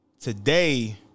Today